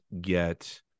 get